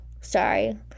sorry